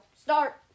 start